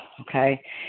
Okay